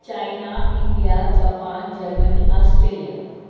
China India Japan Germany Australia